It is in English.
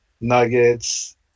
nuggets